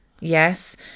Yes